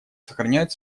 сохраняют